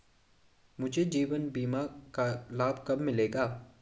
मुझे जीवन बीमा का लाभ कब मिलेगा?